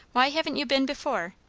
why haven't you been before?